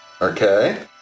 Okay